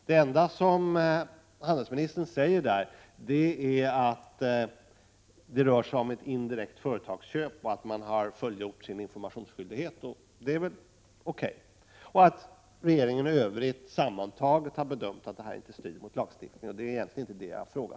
Det enda som utrikeshandelsministern säger är att det rör sig om ett indirekt företagsköp och att man fullgjort sina informationsskyldigheter. Det är väl O. K. Det sägs vidare att regeringen sammantaget har gjort bedömningen att detta samgående inte strider mot lagstiftningen. Det har jag egentligen inte ifrågasatt. Prot.